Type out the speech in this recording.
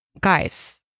guys